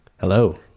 Hello